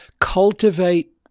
cultivate